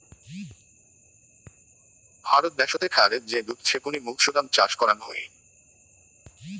ভারত দ্যাশোতে খায়ারে যে দুধ ছেপনি মৌছুদাম চাষ করাং হই